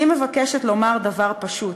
היא מבקשת לומר דבר פשוט: